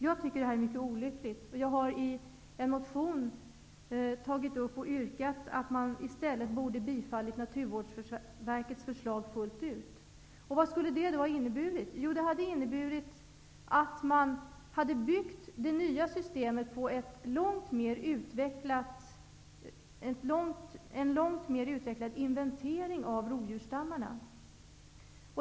Jag tycker att det här är mycket olyckligt, och jag har i en motion yrkat att man i stället borde tillgodose Naturvårdsverkets förslag fullt ut. Vad skulle då det ha inneburit? Jo, att man hade byggt det nya systemet på en långt mer utvecklad inventering av rovdjursstammarna.